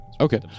Okay